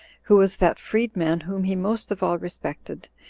who was that freed-man whom he most of all respected,